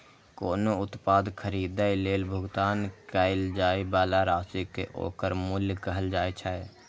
कोनो उत्पाद खरीदै लेल भुगतान कैल जाइ बला राशि कें ओकर मूल्य कहल जाइ छै